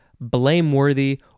blameworthy